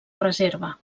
reserva